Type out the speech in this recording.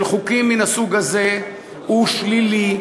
של חוקים מן הסוג הזה הוא שלילי,